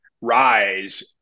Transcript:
rise